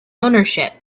ownership